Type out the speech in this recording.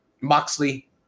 Moxley